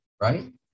right